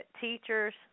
teachers